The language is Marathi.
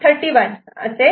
A" Y16 B'C'D'E'